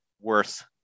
worth